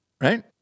right